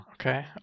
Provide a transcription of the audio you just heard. okay